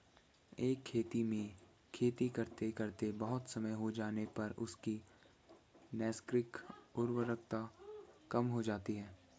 एक खेत में खेती करते करते बहुत समय हो जाने पर उसकी नैसर्गिक उर्वरता कम हो जाती है